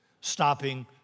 stopping